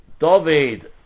David